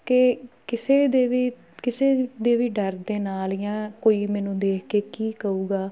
ਕਿ ਕਿਸੇ ਦੇ ਵੀ ਕਿਸੇ ਦੇ ਵੀ ਡਰ ਦੇ ਨਾਲ ਜਾਂ ਕੋਈ ਮੈਨੂੰ ਦੇਖ ਕੇ ਕੀ ਕਹੂਗਾ